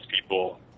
people